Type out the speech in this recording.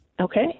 Okay